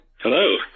Hello